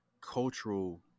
cultural